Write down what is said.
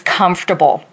comfortable